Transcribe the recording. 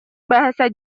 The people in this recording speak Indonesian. bahasa